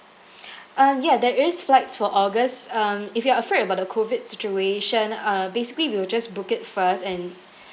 um yeah there is flights for august um if you are afraid about the COVID situation uh basically we'll just book it first and